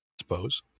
suppose